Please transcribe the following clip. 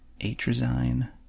atrazine